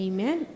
Amen